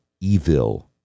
evil